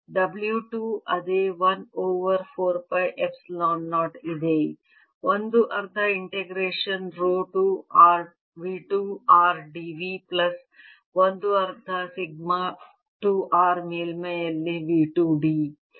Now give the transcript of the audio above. W 2 ಅದೇ 1 over 4 pi epsilon 0 ಇದೆ 1 ಅರ್ಧ integration rho 2 r V 2 r d v plus 1 ಅರ್ಧ ಸಿಗ್ಮಾ 2 r ಮೇಲ್ಮೈಯಲ್ಲಿ V 2 d